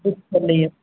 fax کر لیجیے